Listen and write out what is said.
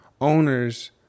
Owners